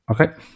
Okay